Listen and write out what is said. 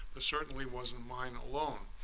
ah certainly wasn't mine alone.